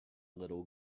little